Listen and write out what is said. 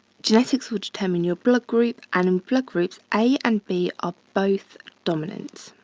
genetics will determine your blood group and in blood groups, a and b of both dominant.